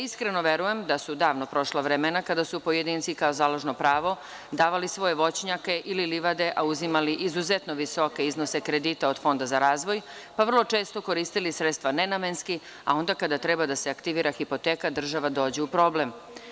Iskreno verujem da su davno prošla vremena kada su pojedinci kao založno pravo davali svoje voćnjake ili livade, a uzimali izuzetno visoke iznose kredita od Fonda za razvoj, pa vrlo često koristili sredstva ne namenski, a onda kada treba da se aktivira hipoteka država dođe u problem.